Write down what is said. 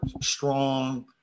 strong